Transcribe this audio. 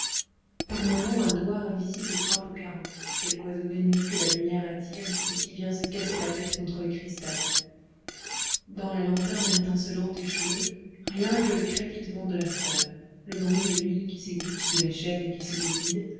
par moments un doigt invisible frappe aux carreaux quelque oiseau de nuit que la lumière attire et qui vient se casser la tête contre le cristal dans la lanterne étincelante et chaude rien que le crépitement de la flamme le bruit de l'huile qui s'égoutte de la chaîne qui se dévide